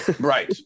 Right